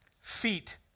Feet